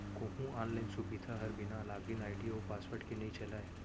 कोहूँ आनलाइन सुबिधा हर बिना लॉगिन आईडी अउ पासवर्ड के नइ चलय